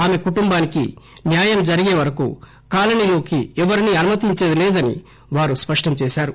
ఆమె కుటుంబానికి న్యాయం జరిగేవరకు కాలనీలోకి ఎవరినీ అనుమతించేది లేదని వారు స్పష్టంచేశారు